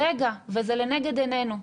רגע, וזה לנגד עינינו.